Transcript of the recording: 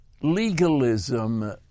legalism